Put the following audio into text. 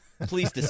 Please